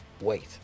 wait